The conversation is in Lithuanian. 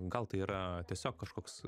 gal tai yra tiesiog kažkoks